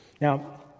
Now